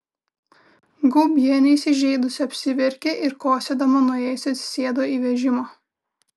gaubienė įsižeidusi apsiverkė ir kosėdama nuėjusi atsisėdo į vežimą